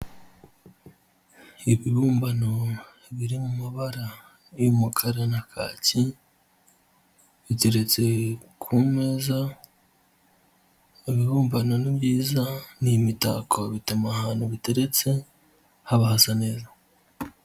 Ibibumbano biri mu mabara y'umukara na kaki, biteretse ku meza, ibibumbano ni byiza, ni imitako, bituma ahantu biteretse haba hasa neza.